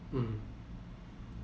mmhmm